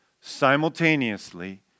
Simultaneously